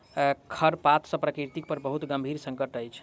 खरपात सॅ प्रकृति पर बहुत गंभीर संकट अछि